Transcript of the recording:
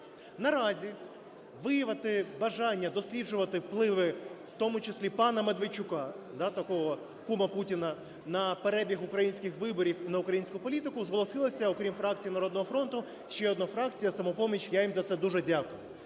Наразі виявити бажання досліджувати впливи, в тому числі пана Медведчука, да, такого кума Путіна, на перебіг українських виборів, на українську політику зголосилася, окрім фракції "Народного фронту", ще одна фракція – "Самопоміч". Я їм за це дуже дякую.